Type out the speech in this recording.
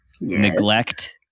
neglect